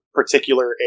particular